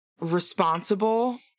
responsible